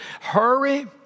hurry